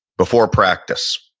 before practice,